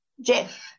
Jeff